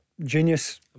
Genius